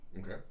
Okay